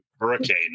hurricane